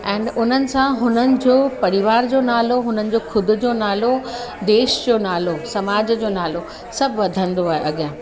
and उन्हनि सां हुननि जो परिवार जो नालो हुननि जो ख़ुदि जो नालो देश जो नालो समाज जो नालो सभु वधंदो आहे अॻियां